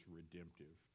redemptive